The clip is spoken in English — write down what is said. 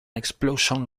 explosion